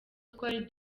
twari